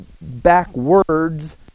backwards